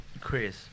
Chris